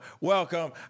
welcome